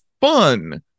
fun